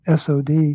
SOD